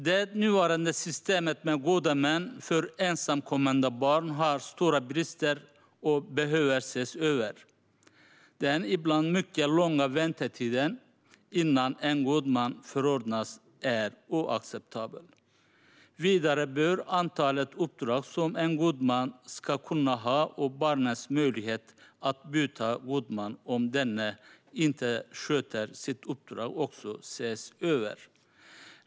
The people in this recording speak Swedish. Det nuvarande systemet med gode män för ensamkommande barn har stora brister och behöver ses över. Den ibland mycket långa väntetiden innan en god man förordnas är oacceptabel. Vidare bör antalet uppdrag som en god man ska kunna ha och barnets möjlighet att byta god man om denne inte sköter sitt uppdrag ses över.